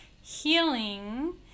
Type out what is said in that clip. healing